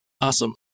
Awesome